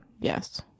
yes